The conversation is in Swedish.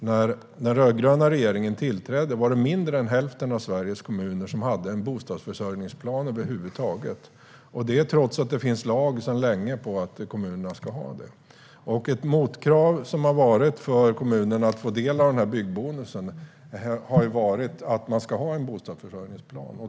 När den rödgröna regeringen tillträdde hade mindre än hälften av Sveriges kommuner en bostadsförsörjningsplan över huvud taget, trots att det sedan länge finns en lag som säger att kommunerna ska ha det. Ett motkrav för att kommunerna ska få ta del av byggbonusen har varit att man ska ha en bostadsförsörjningsplan.